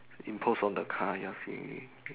impose on the car ya